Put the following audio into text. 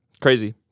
Crazy